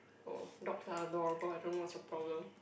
oh dogs are adorable I don't know what's your problem